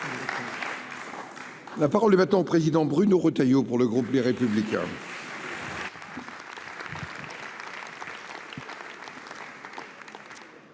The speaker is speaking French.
La parole est maintenant président Bruno Retailleau pour le groupe Les Républicains.